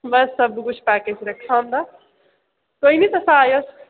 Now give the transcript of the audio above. बस सब कुछ पैकेज रक्खेआ होंदा कोई नी तुस आएयो